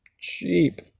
cheap